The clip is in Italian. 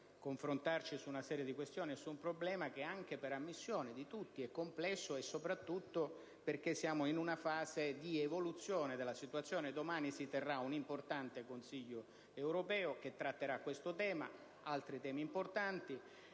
per confrontarci su una serie di questioni e su un problema che per ammissione di tutti è complesso, soprattutto perché siamo in una fase evolutiva della situazione: domani si terrà un importante Consiglio europeo che tratterà questo tema insieme ad altri,